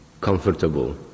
comfortable